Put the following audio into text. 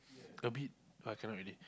a bit uh cannot already